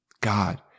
God